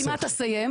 אני כמעט אסיים,